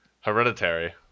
Hereditary